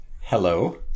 Hello